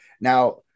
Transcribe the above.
Now